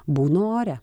būnu ore